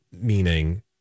Meaning